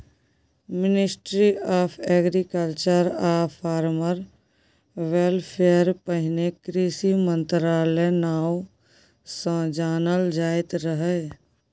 ministry of agriculture आ farmer welfare पहिने कृषि मंत्रालय नाओ सँ जानल जाइत रहय